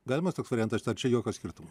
galimas toks variantas ar čia jokio skirtumo